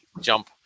jump